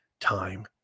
time